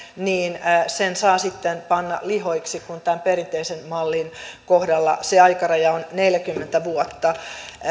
niin sen saa sitten panna lihoiksi kun tämän perinteisen mallin kohdalla se aikaraja on neljäkymmentä vuotta